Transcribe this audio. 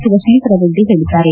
ಶಿವಶಂಕರರೆಡ್ಡಿ ಹೇಳಿದ್ದಾರೆ